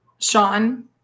Sean